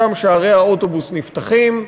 שם שערי האוטובוס נפתחים,